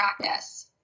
practice